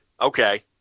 Okay